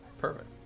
Perfect